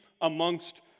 amongst